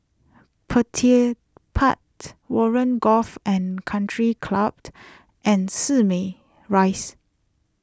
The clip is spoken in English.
Petir part Warren Golf and Country clapped and Simei Rise